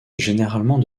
généralement